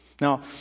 Now